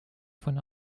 von